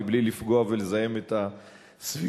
מבלי לפגוע ולזהם את הסביבה,